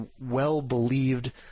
well-believed